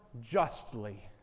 justly